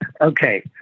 okay